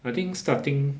I think starting